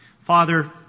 Father